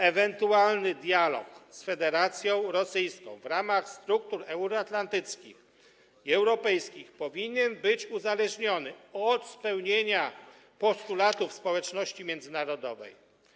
Ewentualny dialog z Federacją Rosyjską w ramach struktur euroatlantyckich i europejskich powinien być uzależniony od spełnienia postulatów społeczności międzynarodowej.